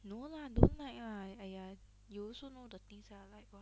no lah don't like lah !aiya! you also know the things that I like [what]